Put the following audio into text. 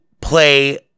play